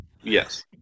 Yes